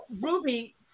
Ruby